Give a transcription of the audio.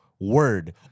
word